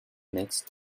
next